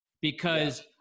because-